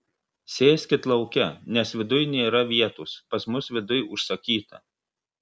sėskit lauke nes viduj nėra vietos pas mus viduj užsakyta